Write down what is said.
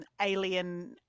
alien